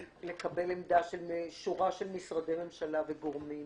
ובעיקר הדרישה לקבל עמדה של שורה של משרדי ממשלה וגורמים